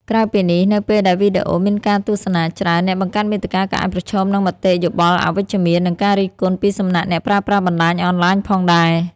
ក្រៅពីនេះ នៅពេលដែលវីដេអូមានការទស្សនាច្រើន អ្នកបង្កើតមាតិកាក៏អាចប្រឈមនឹងមតិយោបល់អវិជ្ជមាន ឬការរិះគន់ពីសំណាក់អ្នកប្រើប្រាស់បណ្ដាញអនឡាញផងដែរ។